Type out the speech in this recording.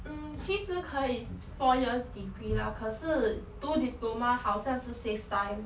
mm 其实可以 four years degree lah 可是读 diploma 好像是 save time